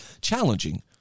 challenging